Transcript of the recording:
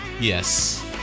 Yes